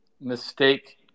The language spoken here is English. mistake